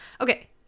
okay